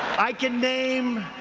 i can name